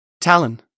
Talon